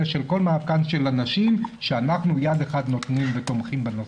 במאבקן של הנשים כשאנחנו נותנים יד ותומכים בנושא.